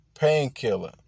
painkiller